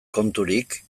konturik